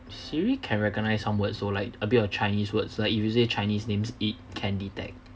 siri can recognise some words though like a bit of chinese words like if you say chinese names it can detect